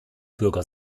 bürger